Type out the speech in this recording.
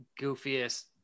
goofiest